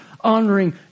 honoring